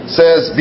says